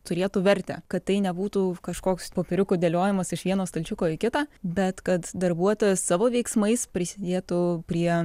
turėtų vertę kad tai nebūtų kažkoks popieriukų dėliojimas iš vieno stalčiuko į kitą bet kad darbuotojas savo veiksmais prisidėtų prie